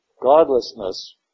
godlessness